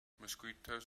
mosquitoes